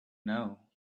know